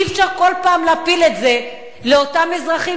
אי-אפשר כל פעם להפיל את זה על אותם אזרחים,